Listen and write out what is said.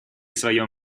своем